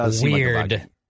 Weird